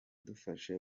dufashe